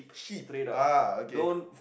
hip ah okay